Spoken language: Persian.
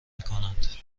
میکنند